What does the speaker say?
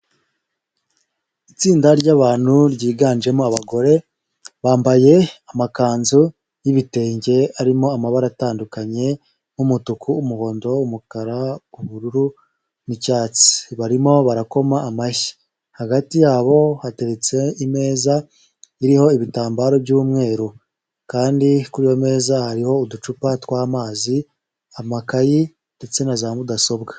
Itsinda ry'abantu ryiganjemo abagore, bambaye amakanzu y'ibitenge arimo amabara atandukanye, nk'umutuku, umuhondo, umukara ,ubururu, n'icyatsi, barimo barakoma amashyi, hagati yabo hateretse imeza iriho ibitambaro by'umweru, kandi kuri iyo meza hariho uducupa tw'amazi, amakayi ndetse na za mudasobwa.